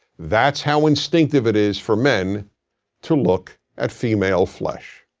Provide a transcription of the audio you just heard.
that's how instinctive it is for men to look at female flesh.